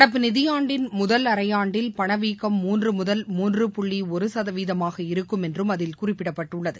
நடப்பு நிதியாண்டின் முதல் அரைஆண்டில் பணவீக்கம் மூன்றுமுதல் மூன்று புள்ளிஒருசதவீதமாக இருக்கும் என்றும் அதில் குறிப்பிடப்பட்டுள்ளது